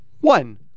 one